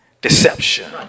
Deception